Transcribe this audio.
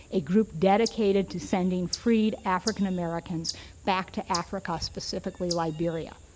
a group dedicated to sending freed african-americans back to africa specifically liberia.